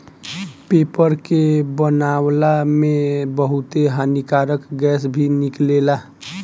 paper के बनावला में बहुते हानिकारक गैस भी निकलेला